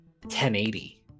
1080